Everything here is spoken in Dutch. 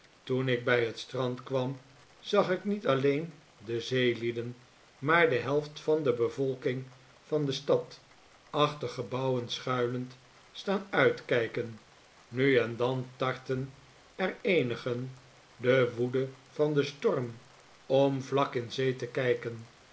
toen ik bij het strand kwam zag ik niet alleen de zeelieden maar de helft van de bevolking van de stad achter gebouwen schuilend staan uitkijken nu en dan tartten er eenigen de woede van den storm om vlak in zee te kijken